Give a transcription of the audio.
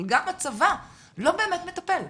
אבל גם הצבא לא באמת מטפל,